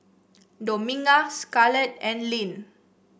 Dominga Scarlet and Lyn